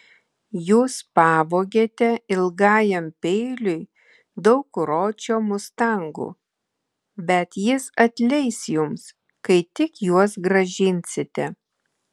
jūs pavogėte ilgajam peiliui daug ročio mustangų bet jis atleis jums kai tik juos grąžinsite